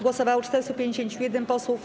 Głosowało 451 posłów.